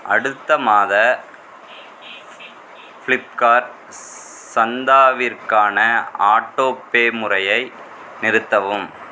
அடுத்த மாத ஃப்ளிப்கார்ட் சந்தாவிற்கான ஆட்டோபே முறையை நிறுத்தவும்